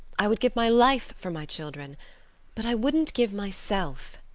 i would give my life for my children but i wouldn't give myself.